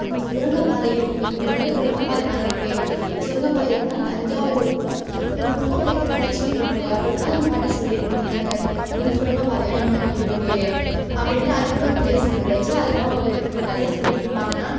அங்கே சுரங்கப்பாதை இருக்குது இங்கேருந்து சுரங்க பாதைலாம் இருக்குது அந்த சுரங்க பாதை எப்படின்னா தஞ்சாவூருக்கும் எங்கள் ஊருக்கும் அந்த இது கனெக்ஷன் இருக்குது அப்படிலாம் எங்கள் பாட்டி சொல்லிருக்காங்க அந்த இந்த சுரங்க பாதைலாம் இன்னுமும் இருக்குது அப்படின்ட்டு அதுக்குன்னு ஒரு ப்ளேஸ்மெண்ட் வச்சு அதெலாம் ஒரு கதையாக சொல்லிட்டு இருப்பாங்க